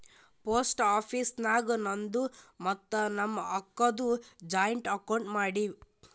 post office ನಾಗ್ ನಂದು ಮತ್ತ ನಮ್ ಅಕ್ಕಾದು ಜಾಯಿಂಟ್ ಅಕೌಂಟ್ ಮಾಡಿವ್